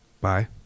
Bye